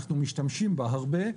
אנחנו משתמשים בה הרבה.